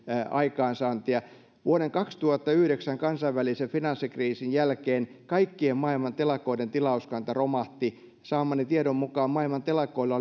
aikaansaantia vuoden kaksituhattayhdeksän kansainvälisen finanssikriisin jälkeen kaikkien maailman telakoiden tilauskanta romahti saamani tiedon mukaan maailman telakoilla